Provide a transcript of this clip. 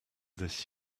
this